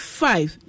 five